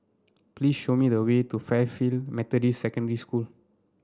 please show me the way to Fairfield Methodist Secondary School